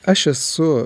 aš esu